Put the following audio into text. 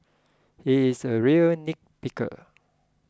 he is a real nit picker